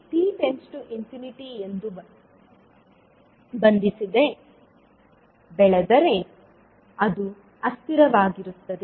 ht t→∞ ಎಂದು ಬಂಧಿಸದೆ ಬೆಳೆದರೆ ಅದು ಅಸ್ಥಿರವಾಗಿರುತ್ತದೆ